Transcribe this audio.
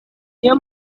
niyo